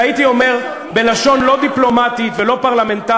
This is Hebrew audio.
והייתי אומר בלשון לא דיפלומטית ולא פרלמנטרית,